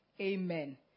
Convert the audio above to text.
Amen